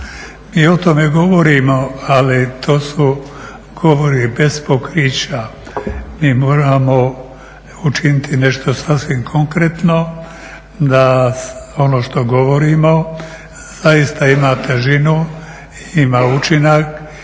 Mi o tome govorimo, ali to su govori bez pokrića. Mi moramo učiniti nešto sasvim konkretno da ono što govorimo zaista ima težinu, ima učinak